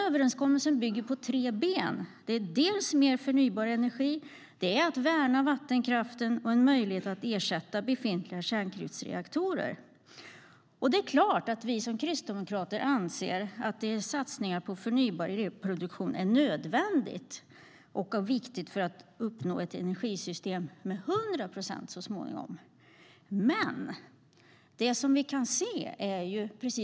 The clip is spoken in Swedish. Överenskommelsen bygger på tre ben: mer förnybar energi, värnande av vattenkraften och möjlighet att ersätta befintliga kärnkraftsreaktorer. Det är klart att vi som kristdemokrater anser att satsningar på förnybar elproduktion är nödvändiga och viktiga för att så småningom uppnå ett energisystem med 100 procent förnybar energi.